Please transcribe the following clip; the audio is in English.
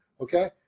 Okay